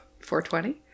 420